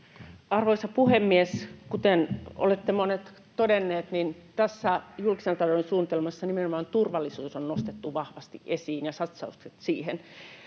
Arvoisa puhemies! Kuten olette monet todenneet, niin tässä julkisen talouden suunnitelmassa nimenomaan turvallisuus on nostettu vahvasti esiin, ja satsaukset siihen.